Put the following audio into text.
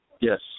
Yes